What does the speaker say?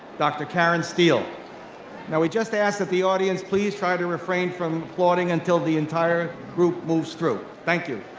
dr. karen steele. now we just ask that the audience please try to refrain from applauding until the entire group moves through, thank you.